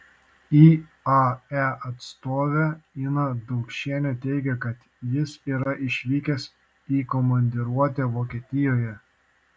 iae atstovė ina daukšienė teigė kad jis yra išvykęs į komandiruotę vokietijoje